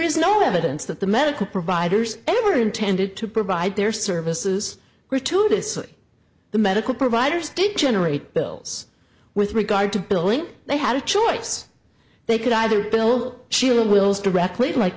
is no evidence that the medical providers ever intended to provide their services gratuitously the medical providers did generate bills with regard to billing they had a choice they could either bill she wills